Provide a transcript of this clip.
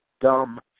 dumb